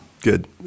Good